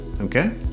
okay